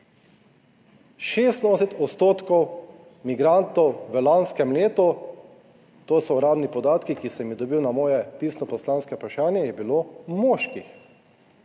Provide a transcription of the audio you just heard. ženske. 86 odstotkov migrantov v lanskem letu, to so uradni podatki, ki sem jih dobil na moje pisno poslansko vprašanje, je bilo moških,